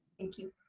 thank you